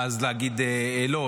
ואז להגיד: לא,